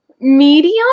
Medium